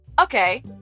Okay